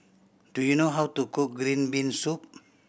do you know how to cook green bean soup